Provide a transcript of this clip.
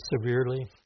severely